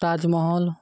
Taj Mahal